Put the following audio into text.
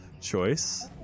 choice